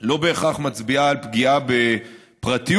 לא בהכרח מצביעה על פגיעה בפרטיות,